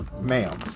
ma'am